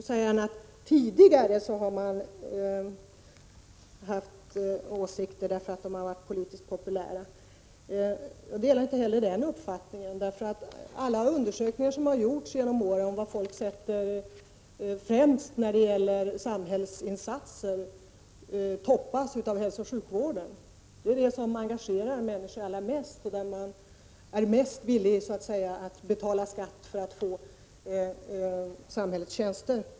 Herr talman! Först till Göte Jonsson. Han säger att tidigare har man haft åsikter för att de har varit politiskt populära. Jag delar inte den uppfattningen. Alla de undersökningar som har gjorts genom åren om vad folk sätter främst när det gäller samhällsinsatser visar nämligen att hälsooch sjukvården ligger i topp. Det är hälsooch sjukvården som engagerar människor allra mest, och det är till den man är mest villig att betala skatt för att få samhällets tjänster.